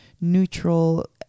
neutral